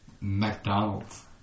McDonald's